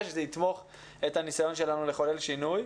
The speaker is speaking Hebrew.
שזה יתמוך את הניסיון שלנו לחולל שינוי.